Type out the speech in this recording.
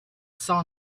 saw